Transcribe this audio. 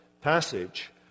passage